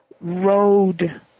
road